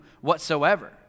whatsoever